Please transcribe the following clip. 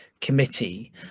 committee